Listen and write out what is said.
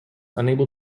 unable